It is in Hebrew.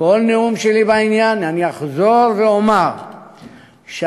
בכל נאום שלי בעניין אני אחזור ואומר שהתוקף